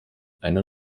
einer